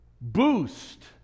boost